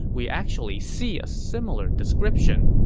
we actually see a similar description.